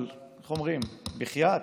אבל איך אומרים, בחייאת,